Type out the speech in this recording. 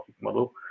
model